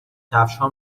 کفشها